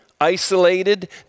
isolated